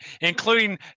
including